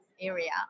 area